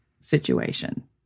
situation